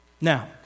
Now